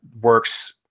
works